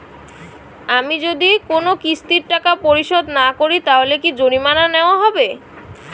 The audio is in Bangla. আমি যদি কোন কিস্তির টাকা পরিশোধ না করি তাহলে কি জরিমানা নেওয়া হবে?